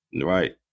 right